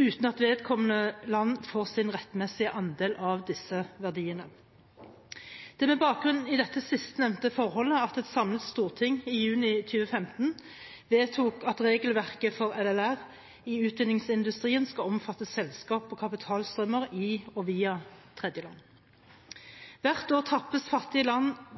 uten at vedkommende land får sin rettmessige andel av disse verdiene. Det er med bakgrunn i dette sistnevnte forholdet at et samlet storting i juni 2015 vedtok at regelverket for LLR i utvinningsindustrien skal omfatte selskap og kapitalstrømmer i og via tredjeland. Hvert år tappes fattige land